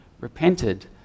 repented